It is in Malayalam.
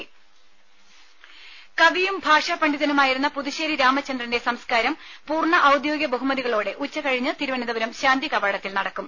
ദേദ കവിയും ഭാഷാ പണ്ഡിതനുമായിരുന്ന പുതുശേരി രാമചന്ദ്രന്റെ സംസ്കാരം പൂർണ്ണ ഔദ്യോഗിക ബഹുമതികളോടെ ഉച്ചകഴിഞ്ഞ് തിരുവനന്തപുരം ശാന്തികവാടത്തിൽ നടക്കും